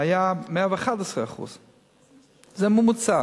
היה 111%. זה ממוצע.